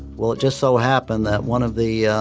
well, it just so happened that one of the